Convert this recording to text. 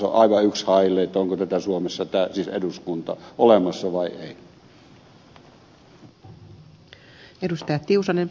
on aivan yks hailee onko tätä laitosta siis eduskuntaa suomessa olemassa vai ei